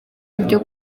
ibyo